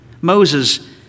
Moses